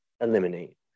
eliminate